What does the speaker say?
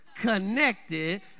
connected